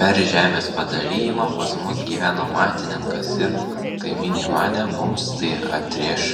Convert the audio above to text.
per žemės padalijimą pas mus gyveno matininkas ir kaimynai manė mums tai atrėš